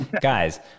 guys